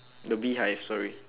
the beehive sorry